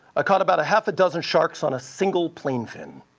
ah caught about a half a dozen sharks on a single plainfin.